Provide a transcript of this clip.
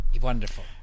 Wonderful